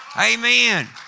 Amen